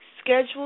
schedule